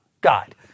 God